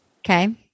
Okay